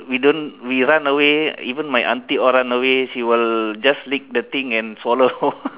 we don't we run away even my aunty all run away she will just lick the things and swallow